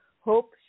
hope